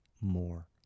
more